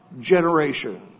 generation